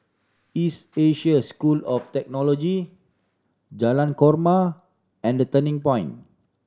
East Asia's School of Theology Jalan Korma and The Turning Point